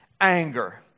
anger